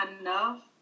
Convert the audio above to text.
enough